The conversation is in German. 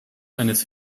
eines